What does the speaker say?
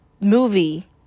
movie